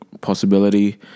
possibility